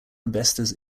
investors